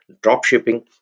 dropshipping